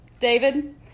David